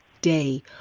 day